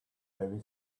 very